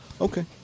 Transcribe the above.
Okay